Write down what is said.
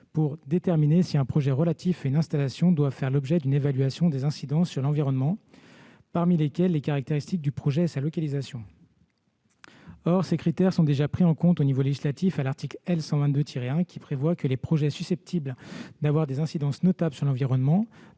pour « déterminer si un projet relatif à une installation doit faire l'objet d'une évaluation des incidences sur l'environnement », parmi lesquels les caractéristiques du projet et sa localisation. Or ces critères sont déjà pris en compte au niveau législatif, à l'article L. 122-1, qui prévoit que les projets susceptibles d'avoir des incidences notables sur l'environnement